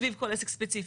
סביב כל עסק ספציפי.